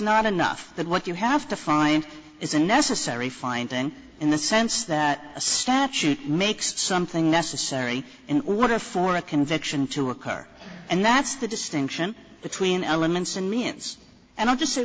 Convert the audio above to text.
not enough that what you have to find is a necessary finding in the sense that a statute makes something necessary in order for a conviction to occur and that's the distinction between elements and means and i'll just say